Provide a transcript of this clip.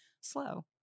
slow